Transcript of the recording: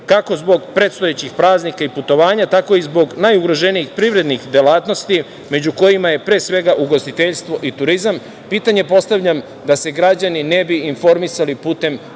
kako zbog predstojećih praznika i putovanja, tako i zbog najugroženijih privrednih delatnosti, među kojima je pre svega ugostiteljstvo i turizam. Pitanje postavljam da se građani ne bi informisali putem